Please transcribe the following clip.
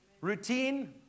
Routine